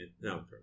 no